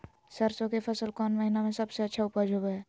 सरसों के फसल कौन महीना में सबसे अच्छा उपज होबो हय?